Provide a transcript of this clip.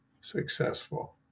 successful